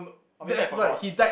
or maybe I forgot